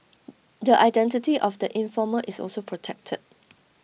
the identity of the informer is also protected